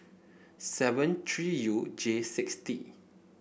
seven three U J six T